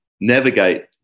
navigate